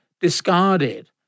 discarded